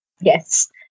Yes